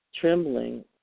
Trembling